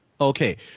Okay